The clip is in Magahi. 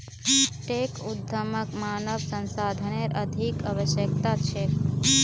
टेक उद्यमक मानव संसाधनेर अधिक आवश्यकता छेक